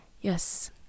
yes